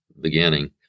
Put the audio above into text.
beginning